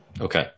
Okay